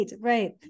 Right